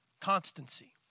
constancy